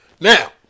Now